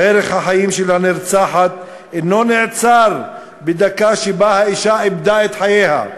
ערך החיים של הנרצחת אינו נעצר בדקה שבה האישה איבדה את חייה.